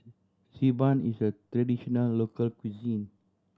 Xi Ban is a traditional local cuisine